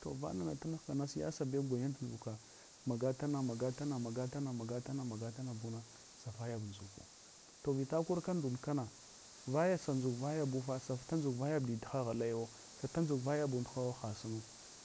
To vanana lunghkana siyasabe gwayan tudʒuka magatama magatanu, magatama, magatama, magatanabuna, savayab ndʒuku. To vita korka ndunkana, vaya sa ndʒuk vayabya, vasa tundʒu vaya didha halayawo satanʒuk vayabunha hasunu.